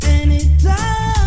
anytime